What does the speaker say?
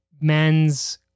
men's